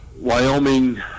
Wyoming